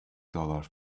dollars